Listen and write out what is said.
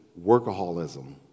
workaholism